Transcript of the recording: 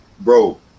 bro